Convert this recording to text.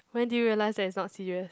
when did you realize that it's not serious